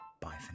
bye